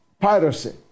piracy